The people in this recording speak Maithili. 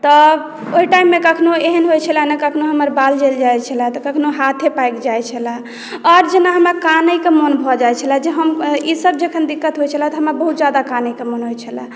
तऽ ओहि टाइम मे कखनो एहन होइ छलए ने कखनो हमर बाल जलि जाइ छलए तऽ कखनो हाथे पाकि जाइ छलए आओर जेना हमरा कानैक मोन भऽ जाइ छलए जे हम ई सभ जखन दिक्कत होइत छलए तऽ हमरा बहुत ज्यादा कानैके मोन होइ छलए